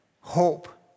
hope